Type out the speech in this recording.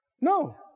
no